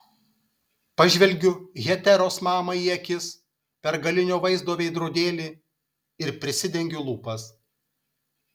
pažvelgiu heteros mamai į akis per galinio vaizdo veidrodėlį ir prisidengiu lūpas